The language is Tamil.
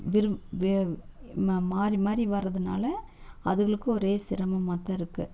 மாறி மாறி வரதுனால அதுகளுக்கு ஒரே சிரமமாகத்தாருக்கு